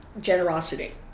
generosity